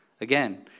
Again